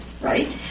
right